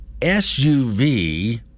SUV